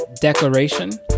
declaration